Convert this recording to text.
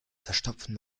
verstopfen